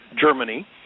Germany